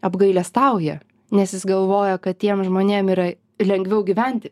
apgailestauja nes jis galvojo kad tiem žmonėm yra lengviau gyventi